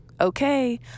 okay